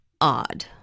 odd